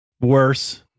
worse